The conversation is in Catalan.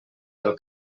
del